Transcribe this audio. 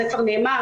זה כבר נאמר.